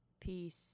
peace